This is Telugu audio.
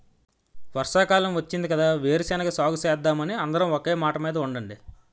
వర్షాకాలం వచ్చింది కదా వేరుశెనగ సాగుసేద్దామని అందరం ఒకే మాటమీద ఉండండి